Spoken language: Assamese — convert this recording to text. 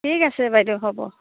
ঠিক আছে বাইদেউ হ'ব